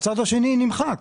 כי הצד השני נמחק.